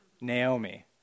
Naomi